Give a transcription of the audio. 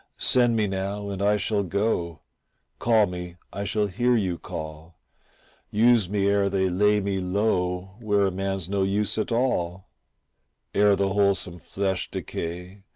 send me now, and i shall go call me, i shall hear you call use me ere they lay me low where a man's no use at all ere the wholesome flesh decay,